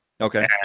Okay